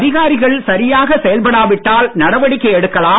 அதிகாரிகள் சரியாக செயல்படாவிட்டால் நடவடிக்கை எடுக்கலாம்